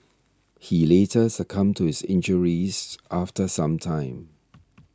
he later succumbed to his injuries after some time